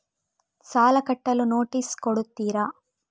ಸಾಲ ಕಟ್ಟಲು ನೋಟಿಸ್ ಕೊಡುತ್ತೀರ?